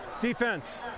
Defense